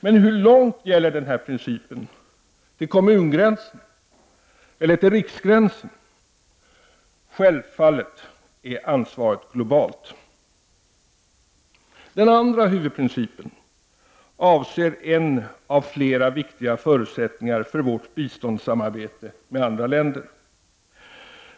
Men hur långt gäller denna princip: till kommungränsen eller till riksgränsen? Självfallet är ansvaret globalt. Den andra huvudprincipen avser en av flera viktiga förutsättningar för vårt biståndssamarbete med andra länder.